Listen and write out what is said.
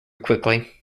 quickly